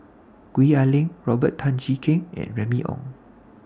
Gwee Ah Leng Robert Tan Jee Keng and Remy Ong